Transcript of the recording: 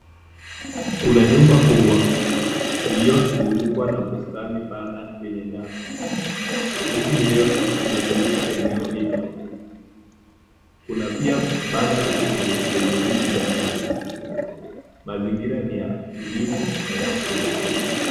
Kuna nyumba kubwa iliyozungukwa na bustani pana yenye nyasi. Miti mirefu imezunguka eneo hilo. Kuna pia banda la nje lenye viti na meza. Mazingira ni tulivu na ya kuvutia.